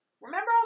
remember